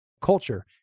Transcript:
culture